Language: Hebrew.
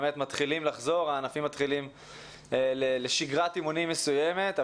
באמת הענפים מתחילים לחזור לשגרת אימונים מסוימת.